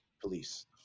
police